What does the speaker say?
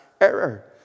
error